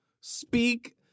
speak